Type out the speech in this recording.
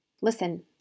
listen